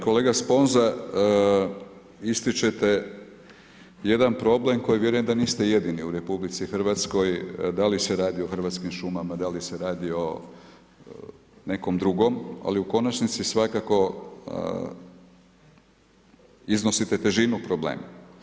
Kolega Sponza, ističete jedan problem koji vjerujem da niste jedini u RH da li se radi o Hrvatskim šumama, da li se radi o nekom drugom, ali u konačnici svakako iznosite težinu problema.